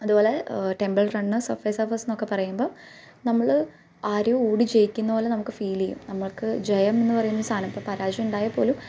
അതുപോലെ temple run subway സർഫെന്നൊക്കെ പറയുമ്പം നമ്മൾ ആരെയോ ഓടി ജയിക്കുന്ന പോലെ നമുക്ക് ഫീൽ ചെയ്യും നമുക്ക് ജയമെന്ന് പറയുന്ന സാധനം ഇപ്പം പരാജയമുണ്ടായാൽ പോലും